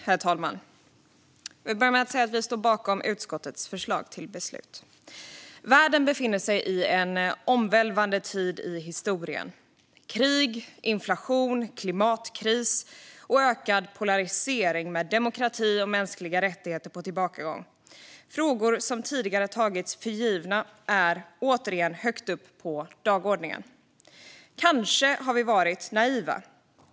Herr talman! Jag vill börja med att säga att vi står bakom utskottets förslag till beslut. Världen befinner sig i en omvälvande tid i historien. Vi ser krig, inflation, klimatkris och en ökad polarisering, med demokrati och mänskliga rättigheter på tillbakagång. Frågor som tidigare har tagits för givna är återigen högt upp på dagordningen. Kanske har vi varit naiva.